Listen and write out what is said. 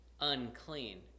unclean